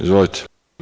Izvolite.